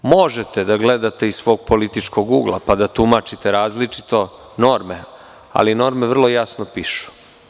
Možete da gledate iz svog političkog ugla, pa da tumačite različito norme, ali norme vrlo jasno pišu.